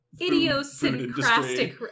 idiosyncratic